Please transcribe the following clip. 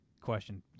question